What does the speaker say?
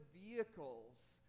vehicles